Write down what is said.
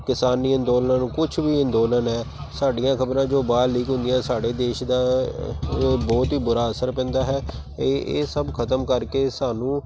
ਕਿਸਾਨੀ ਅੰਦੋਲਨ ਨੂੰ ਕੁਛ ਵੀ ਅੰਦੋਲਨ ਹੈ ਸਾਡੀਆਂ ਖਬਰਾਂ ਜੋ ਬਾਹਰ ਲੀਕ ਹੁੰਦੀਆਂ ਸਾਡੇ ਦੇਸ਼ ਦਾ ਉਹ ਬਹੁਤ ਹੀ ਬੁਰਾ ਅਸਰ ਪੈਂਦਾ ਹੈ ਇਹ ਇਹ ਸਭ ਖਤਮ ਕਰਕੇ ਸਾਨੂੰ